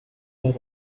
heir